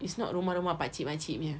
it's not rumah rumah pakcik makcik punya